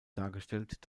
dargestellt